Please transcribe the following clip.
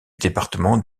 département